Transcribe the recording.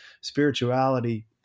spirituality